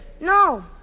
No